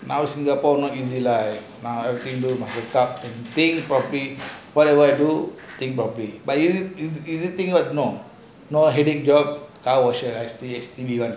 now singapore is easy lah we can do think properly whatever we do think properly but is it thing you know no headache job car washer job sdb one